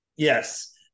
Yes